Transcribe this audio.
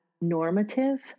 normative